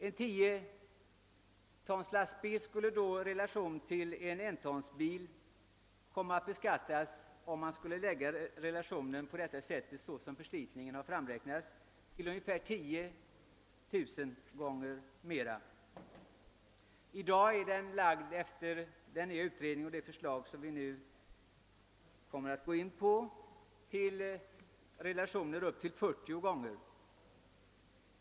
En tio tons lastbil skulle med den vägförslitning som där framräknats ligga på den ungefärliga nivån 10000 gånger mera än en bil på ett ton. I den utredning som ligger till grund för det förslag vi nu behandlar är förslitningen fastställd till relationen upp till 40 gånger.